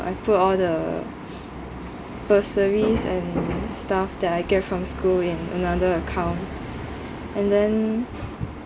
I put all the bursaries and stuff that I get from school in another account and then